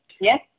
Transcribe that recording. Yes